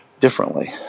differently